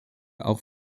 auch